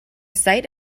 site